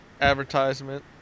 advertisement